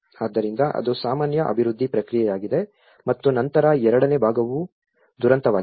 ಆದ್ದರಿಂದ ಅದು ಸಾಮಾನ್ಯ ಅಭಿವೃದ್ಧಿ ಪ್ರಕ್ರಿಯೆಯಾಗಿದೆ ಮತ್ತು ನಂತರ ಎರಡನೇ ಭಾಗವು ದುರಂತವಾಗಿದೆ